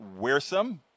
wearsome